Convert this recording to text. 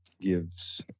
gives